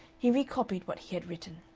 he recopied what he had written.